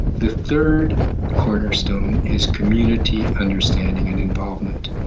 the third cornerstone is community understanding and involvement.